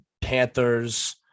Panthers